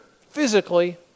physically